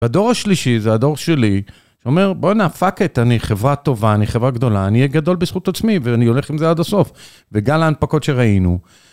והדור השלישי זה הדור שלי, שאומר בואנ'ה fuck it, אני חברה טובה, אני חברה גדולה, אני אהיה גדול בזכות עצמי ואני הולך עם זה עד הסוף. וגל ההנפקות שראינו.